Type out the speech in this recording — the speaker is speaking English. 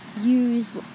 use